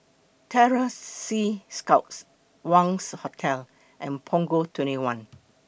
Terror Sea Scouts Wangz Hotel and Punggol twenty one